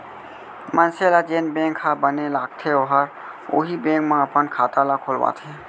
मनसे ल जेन बेंक ह बने लागथे ओहर उहीं बेंक म अपन खाता ल खोलवाथे